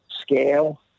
scale